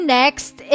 next